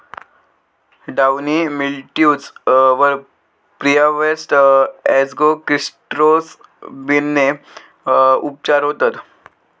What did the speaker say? downy mildews वर preharvest एजोक्सिस्ट्रोबिनने उपचार होतत